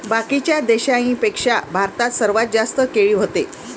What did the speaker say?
बाकीच्या देशाइंपेक्षा भारतात सर्वात जास्त केळी व्हते